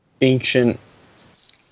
ancient